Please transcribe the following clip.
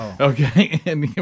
Okay